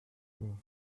fort